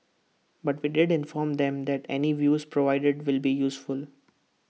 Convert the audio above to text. but we did inform them that any views provided would be useful